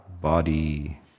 body